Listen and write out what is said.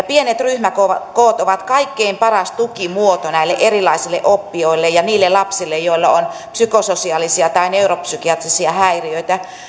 pienet ryhmäkoot ovat kaikkein paras tukimuoto näille erilaisille oppijoille ja niille lapsille joilla on psykososiaalisia tai neuropsykiatrisia häiriöitä